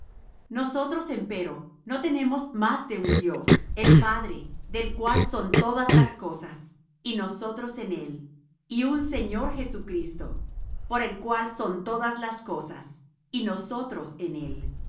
nosotros empero no tenemos más de un dios el padre del cual son todas las cosas y nosotros en él y un señor jesucristo por el cual son todas las cosas y nosotros por él